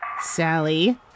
Sally